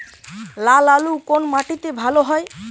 লাল আলু কোন মাটিতে ভালো হয়?